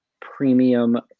premium